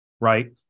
Right